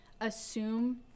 assume